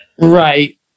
Right